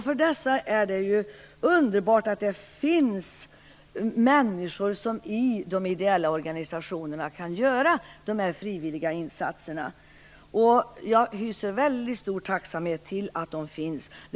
För dessa är det underbart att det finns människor som i de ideella organisationerna kan göra frivilliga insatser. Jag hyser väldigt stor tacksamhet till att dessa ideella organisationer finns.